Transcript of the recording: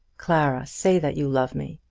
clara, say that you love me.